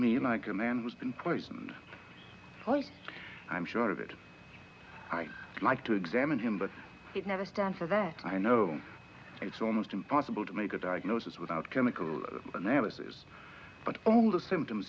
me like a man who's been poisoned i'm sure of it i'd like to examine him but it never can for that i know it's almost impossible to make a diagnosis without chemical analysis but all the symptoms